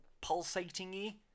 pulsating-y